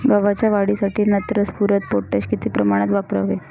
गव्हाच्या वाढीसाठी नत्र, स्फुरद, पोटॅश किती प्रमाणात वापरावे?